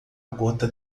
gota